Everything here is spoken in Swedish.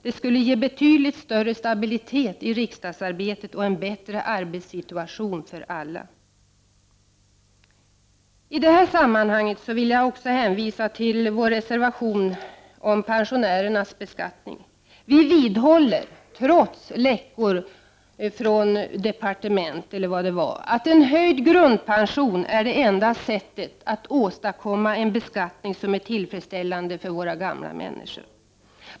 Det skulle ge betydligt större stabilitet i riksdagsarbetet och en bättre arbetssituation för alla. I det här sammanhanget vill jag också hänvisa till vår reservation om pensionärernas beskattning. Vi vidhåller, trots läckor från departementet, att en höjd grundpension är det enda sättet att åstadkomma en beskattning som är tillfredsställande för våra gamla människor.